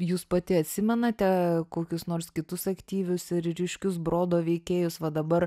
jūs pati atsimenate kokius nors kitus aktyvius ir ryškius brodo veikėjus va dabar